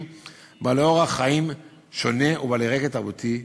בעלי אורח חיים שונה ובעלי רקע תרבותי שונה.